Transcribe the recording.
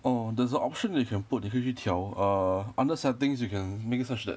orh there's an option that you can leh 你可以去调 err under settings you can make it such that